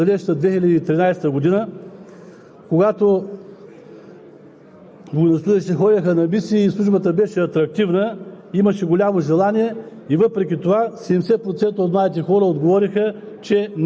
Никой не прави такива изследвания, само словесни еквилибристики. Спомням си едно непрофесионално изследване на една неправителствена организации през далечната 2013 г., когато